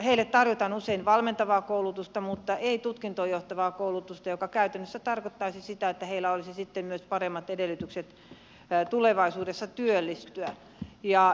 heille tarjotaan usein valmentavaa koulutusta mutta ei tutkintoon johtavaa koulutusta joka käytännössä tarkoittaisi sitä että heillä olisi myös paremmat edellytykset tulevaisuudessa työllistyä